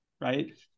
right